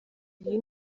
iyi